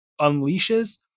unleashes